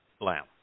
lamb